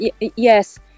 yes